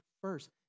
first